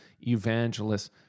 evangelists